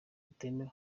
butemewe